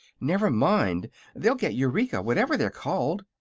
never mind they'll get eureka, whatever they're called.